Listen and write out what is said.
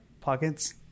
pockets